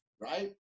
right